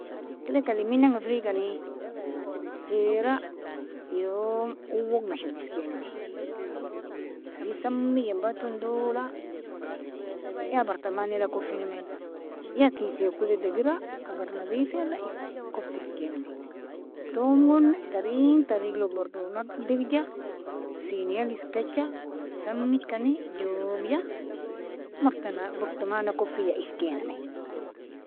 Feelika lminnga firgikani, sera youm owga mashado iskinami, trin samija baton dola ya bartamaneila kofinamn, ya kesiko digera igar nadifeila kof iskinami, tomo gon tarin tariglog bardo fadifja sinil iskija samijkani jogja bartaman kofija iskinami.